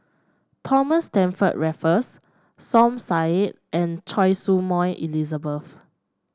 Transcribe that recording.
Thomas Stamford Raffles Som Said and Choy Su Moi Elizabeth